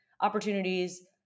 opportunities